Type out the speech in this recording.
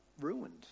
ruined